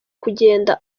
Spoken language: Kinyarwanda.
kugenda